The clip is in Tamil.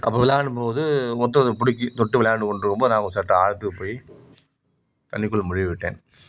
அப்போ விளாடும் போது வந்து பிடிக்கும் தொட்டு விளையாண்டு கொண்டு இருக்கும் போது நான் சற்று ஆழத்துக்கு போய் தண்ணிக்குள்ளே முழுகிவிட்டேன்